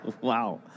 Wow